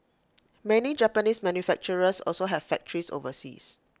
many Japanese manufacturers also have factories overseas